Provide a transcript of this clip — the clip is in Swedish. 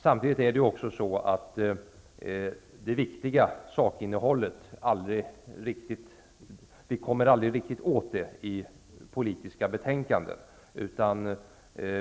Samtidigt kommer vi aldrig riktigt åt det viktiga sakinnehållet i politiska betänkanden.